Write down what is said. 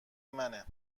منه